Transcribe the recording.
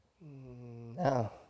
No